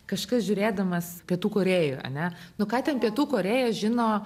kažkas žiūrėdamas pietų korėjoj ane nu ką ten pietų korėja žino